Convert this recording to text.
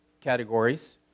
categories